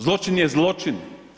Zločin je zločin.